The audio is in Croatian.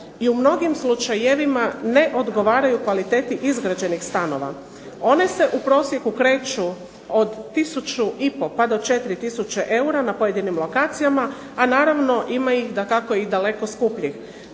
i u mnogim slučajevima ne odgovaraju kvaliteti izgrađenih stanova. One se u prosjeku kreću od tisuću i po pa do 4 tisuće eura na pojedinim lokacijama, a naravno ima ih dakako i daleko skupljih.